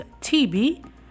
TB